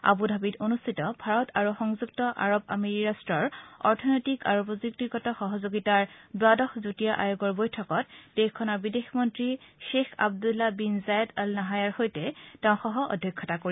আবু ধাবিত অনুষ্ঠিত ভাৰত আৰু সংযুক্ত আৰৱ আমিৰী ৰা্টৰ অৰ্থনৈতিক আৰু প্ৰযুক্তিগত সহযোগিতাৰ দ্বাদশ যুটীয়া আয়োগৰ বৈঠকত দেশখনৰ বিদেশ মন্ত্ৰী গ্ৰেখ আব্দুলা বিন জায়েদ অল নাহায়াৰ সৈতে তেওঁ সহ অধ্যক্ষতা কৰিব